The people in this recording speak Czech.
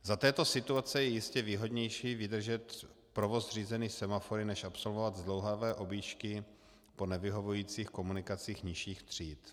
Za této situace je jistě výhodnější vydržet provoz řízený semafory než absolvovat zdlouhavé objížďky po nevyhovujících komunikacích nižších tříd.